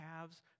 calves